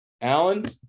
Alan